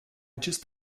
just